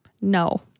No